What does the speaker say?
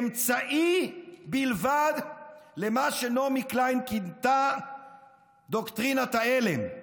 אמצעי בלבד למה שנעמי קליין כינתה "דוקטרינת ההלם":